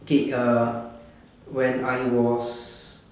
okay err when I was